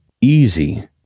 easy